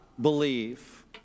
believe